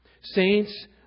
Saints